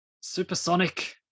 supersonic